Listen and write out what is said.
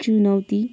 चुनौती